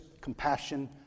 compassion